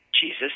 Jesus